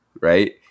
right